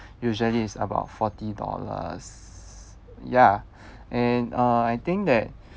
usually it's about forty dollars ya and uh I think that